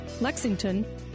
Lexington